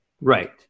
Right